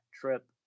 trip